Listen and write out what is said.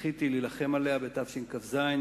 זכיתי להילחם עליה בתשכ"ז,